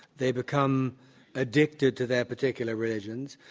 they become addicted to their particular religions.